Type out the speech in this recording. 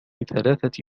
ثلاثة